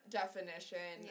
definition